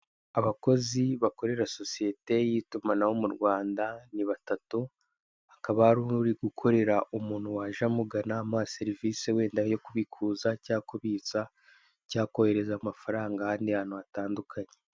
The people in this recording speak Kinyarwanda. Abakozi bakorera sosiyete y'itumanaho mu Rwanda ni batatu, hakaba hari uri gukorera umuntu waje amugana amuha serivise wenda yo kubikuza cyangwa se kubitsa cyangwa kohereza amafaranga ahandi hantu hatandukanye.